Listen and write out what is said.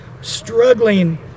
struggling